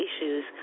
issues